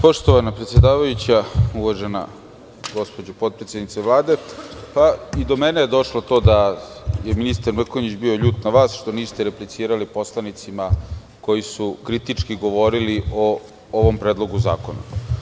Poštovana predsedavajuća, uvažena gospođo potpredsednice Vlade, i do mene je došlo to da je ministar Mrkonjić bio ljut na vas što niste replicirali poslanicima koji su kritički govorili o ovom predlogu zakona.